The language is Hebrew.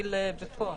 למפעיל בפועל.